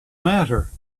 matter